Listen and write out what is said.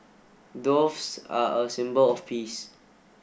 doves are a symbol of peace